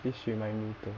please remind me to